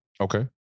Okay